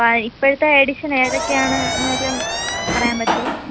അപ്പം ഇപ്പോഴത്തെ എഡിഷൻ ഏതൊക്കെയാണ് എന്നെല്ലാം പറയാൻ പറ്റുമോ